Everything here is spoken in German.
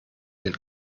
den